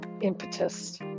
impetus